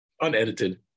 unedited